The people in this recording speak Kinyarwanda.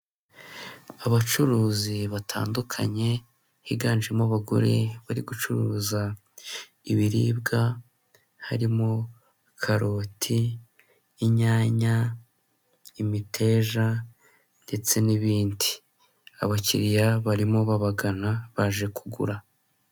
Abacuruzi batandukanye higanjemo abagore bari gucuruza ibiribwa, harimo karoti inyanya imiteja ndetse n'ibindi, abakiriya barimo babagana baje kugura.